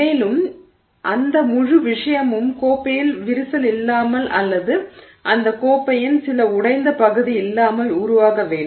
மேலும் அந்த முழு விஷயமும் கோப்பையில் விரிசல் இல்லாமல் அல்லது அந்த கோப்பையின் சில உடைந்த பகுதி இல்லாமல் உருவாக வேண்டும்